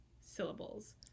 syllables